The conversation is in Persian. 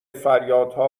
فریادها